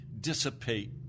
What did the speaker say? dissipate